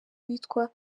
witwa